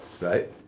Right